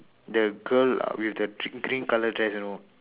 the girl uh with the green green colour dress you know